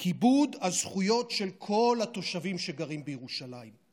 כיבוד הזכויות של כל התושבים שגרים בירושלים.